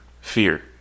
fear